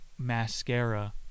mascara